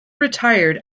retired